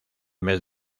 mes